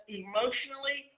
emotionally